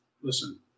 listen